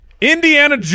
Indiana